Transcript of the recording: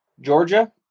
Georgia